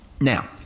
Now